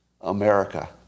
America